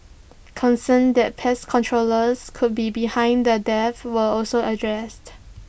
concerns that pest controllers could be behind the deaths were also addressed